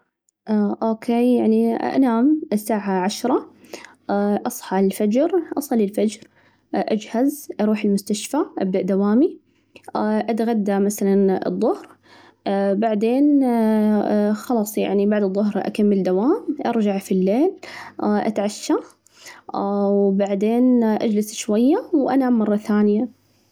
أوكي، يعني أنام الساعة عشرة، أصحى الفجر، أصلي الفجر، أجهز، أروح المستشفى، أبدأ دوامي، أتغدى مثلاً الظهر ،بعدين خلاص يعني بعد الظهر أكمل دوام، أرجع في الليل أتعشى وبعدين أجلس شوية وأنام مرة ثانية.